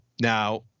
now